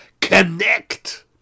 Connect